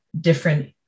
different